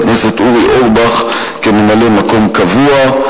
יכהן חבר הכנסת אורי אורבך כממלא-מקום קבוע.